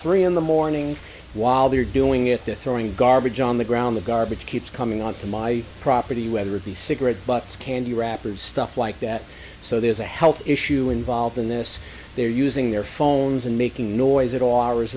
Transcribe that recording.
three in the morning while they are doing it to throwing garbage on the ground the garbage keeps coming on to my property whether it be cigarette butts candy wrappers stuff like that so there's a health issue involved in this they're using their phones and making noise at all hours